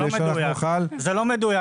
כדי שנוכל לפנות למשרד --- זה לא מדויק.